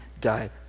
died